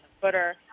Footer